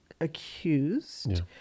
accused